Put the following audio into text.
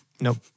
Nope